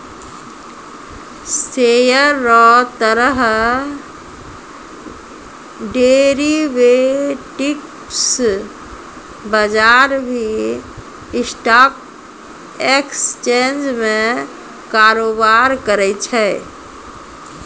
share रो तरह derivatives बजार भी स्टॉक एक्सचेंज में कारोबार करै छै